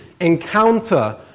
encounter